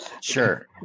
sure